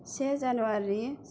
से जानुवारी